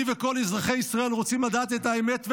--- אני וכל אזרחי ישראל רוצים לדעת את האמת,